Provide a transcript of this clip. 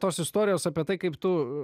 tos istorijos apie tai kaip tu